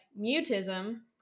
mutism